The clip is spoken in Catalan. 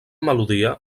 melodia